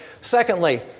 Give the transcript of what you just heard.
Secondly